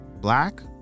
black